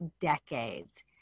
decades